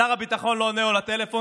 שר הביטחון לא עונה לו לטלפון,